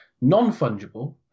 Non-fungible